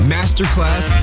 Masterclass